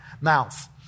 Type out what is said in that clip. mouth